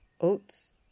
oats